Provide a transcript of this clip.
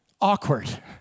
Awkward